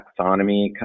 taxonomy